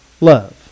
love